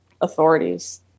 authorities